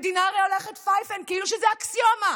הרי המדינה הולכת פייפן, כאילו שזו אקסיומה,